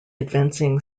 advancing